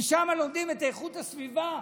משם לומדים את איכות הסביבה,